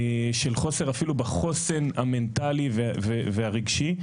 של חוסר אפילו בחוסן המנטלי והרגשי.